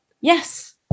Yes